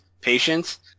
patience